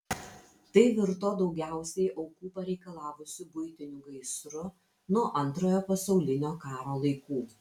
tai virto daugiausiai aukų pareikalavusiu buitiniu gaisru nuo antrojo pasaulinio karo laikų